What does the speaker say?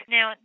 Now